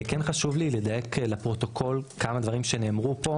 כן חשוב לי לדייק לפרוטוקול כמה דברים שנאמרו פה